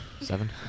Seven